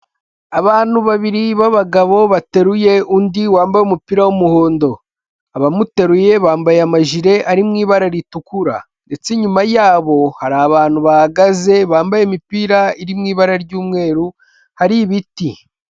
Abantu babiri b'abagabo bateruye undi wambaye umupira w'umuhondo, abamuteruye bambaye amajire ari mu ibara ritukura, ndetse inyuma yabo hari abantu bahagaze bambaye imipira iri mu ibara ry'umweru hari ibiti.